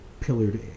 pillared